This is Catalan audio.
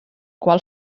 qual